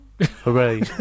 Hooray